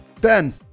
Ben